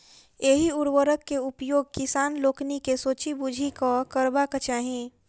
एहि उर्वरक के उपयोग किसान लोकनि के सोचि बुझि कअ करबाक चाही